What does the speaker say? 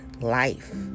life